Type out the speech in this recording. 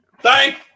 Thank